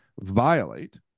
violate